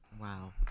Wow